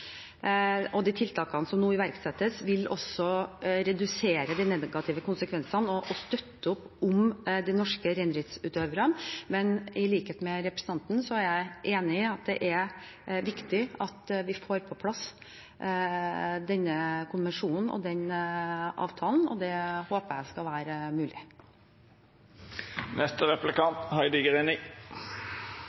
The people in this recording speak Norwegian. og de tiltakene som nå iverksettes, vil også redusere de negative konsekvensene og støtte opp om de norske reindriftsutøverne. Men i likhet med representanten er jeg enig i at det er viktig at vi får på plass denne konvensjonen og denne avtalen, og det håper jeg skal være mulig.